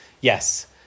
Yes